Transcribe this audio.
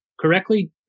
correctly